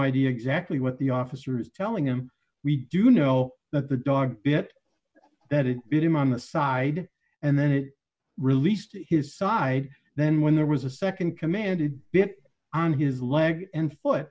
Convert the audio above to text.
idea exactly what the officer is telling him we do know that the dog bit that it bit him on the side and then it released his side then when there was a nd commanded bit on his leg and foot